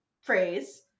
phrase